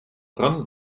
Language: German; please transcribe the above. dran